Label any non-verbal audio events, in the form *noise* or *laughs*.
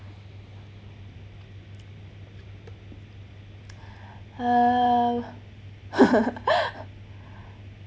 uh *laughs*